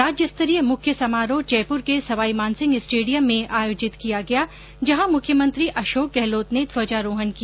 राज्य स्तरीय मुख्य समारोह जयपुर के सवाई मानसिंह स्टेडियम में आयोजित किया गया जहां मुख्यमंत्री अशोक गहलोत ने ध्वजारोहण किया